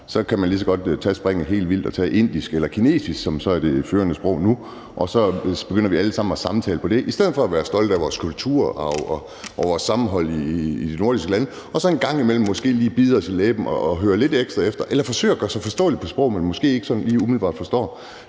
Så kan man lige så godt tage springet helt vildt og tage indisk eller kinesisk, som så er det førende sprog nu, og så begynder vi alle sammen at samtale på det i stedet for at være stolte af vores kulturarv og vores sammenhold i de nordiske lande og så en gang imellem måske lige bide os i læben og høre lidt ekstra efter eller forsøge at gøre os forståelige på sprog, den anden måske ikke sådan lige umiddelbart forstår.